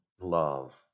love